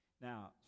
Now